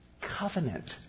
Covenant